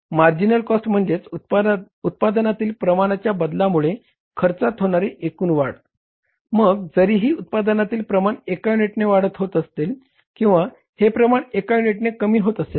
तर marginal cost म्हणेज उत्पादनातील प्रमाणाच्या बदलामुळे खर्चात होणारी एकूण वाढ आहे मग जरीही उत्पादनातील प्रमाणात एका युनिटने वाढ होत असेल किंवा हे प्रमाण एका युनिटने कमी होत असेल